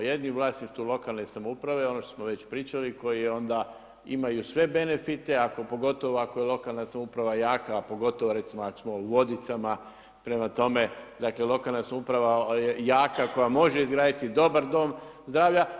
Jedni u vlasništvu lokalne samouprave, ono što smo već pričali, koji onda imaju sve benefite, pogotovo ako je lokalna samouprava jaka, a pogotovo recimo, ako smo u vodicama, prema tome, lokalna samouprava je jaka koja može izgraditi dobar dom zdravlja.